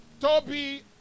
Toby